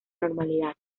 normalidad